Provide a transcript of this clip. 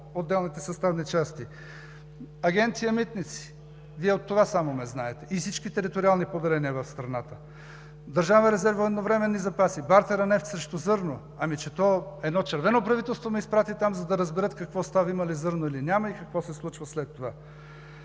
отделните съставни части. Агенция „Митници“ – Вие от това само ме знаете, и всички териториални поделения в страната, „Държавен резерв и военновременни запаси“, бартера нефт срещу зърно. Ами че то едно червено правителство ме изпрати там, за да разберат какво става – има ли зърно, или няма и какво се случва след това.